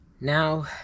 Now